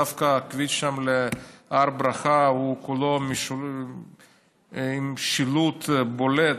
דווקא הכביש שם להר ברכה הוא כולו עם שילוט בולט,